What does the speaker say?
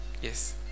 Yes